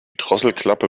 drosselklappe